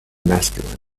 masculine